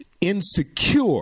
insecure